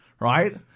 Right